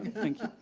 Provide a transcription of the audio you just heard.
thank you.